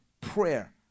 prayer